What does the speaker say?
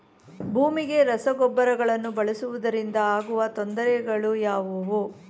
ಭೂಮಿಗೆ ರಸಗೊಬ್ಬರಗಳನ್ನು ಬಳಸುವುದರಿಂದ ಆಗುವ ತೊಂದರೆಗಳು ಯಾವುವು?